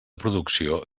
producció